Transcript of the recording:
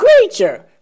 creature